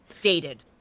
dated